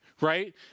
right